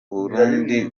burundi